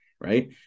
Right